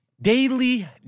Daily